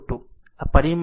આ પરિમાણ છે અને તે ખૂણો 40